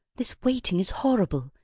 this waiting is horrible.